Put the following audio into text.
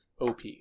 OP